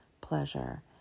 pleasure